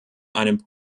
einem